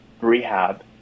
rehab